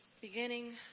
Beginning